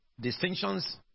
distinctions